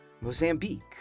Mozambique